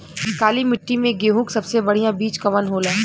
काली मिट्टी में गेहूँक सबसे बढ़िया बीज कवन होला?